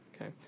Okay